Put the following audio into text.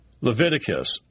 Leviticus